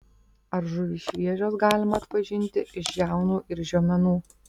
ar žuvys šviežios galima atpažinti iš žiaunų ir žiomenų